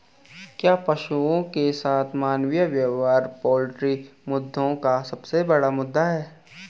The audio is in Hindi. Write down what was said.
क्या पशुओं के साथ मानवीय व्यवहार पोल्ट्री मुद्दों का सबसे बड़ा मुद्दा है?